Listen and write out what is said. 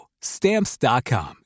Stamps.com